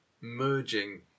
merging